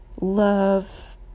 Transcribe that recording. love